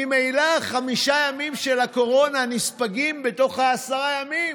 ממילא חמישה הימים של הקורונה נספגים בתוך עשרה הימים,